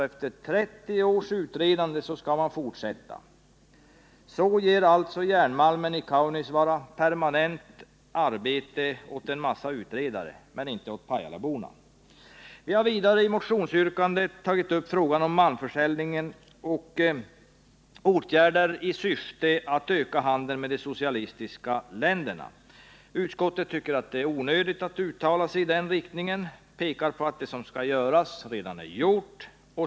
Efter 30 års utredande skall man fortsätta. Så ger alltså järnmalmen i Kaunisvaara permanent arbete år en massa utredare men inte åt pajalaborna. Vi har vidare i ett motionsyrkande tagit upp frågan om malmförsäljningen och om åtgärder i syfte att öka handeln med de socialistiska länderna. Utskottet tycker att det är onödigt att uttala sig i den riktningen och pekar på att det som skall göras redan är gjort.